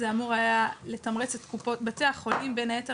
זה אמור היה לתמרץ את בתי החולים בין היתר